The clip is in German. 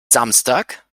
samstag